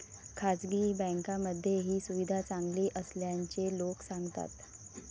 खासगी बँकांमध्ये ही सुविधा चांगली असल्याचे लोक सांगतात